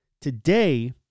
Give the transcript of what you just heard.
Today